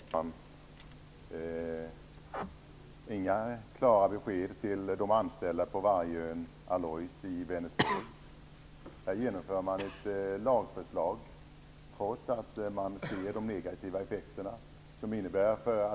Fru talman! Inga klara besked ges till de anställda på Vargön Alloys i Vänersborg. Ett lagförslag genomdrivs, trots att man ser de negativa effekterna.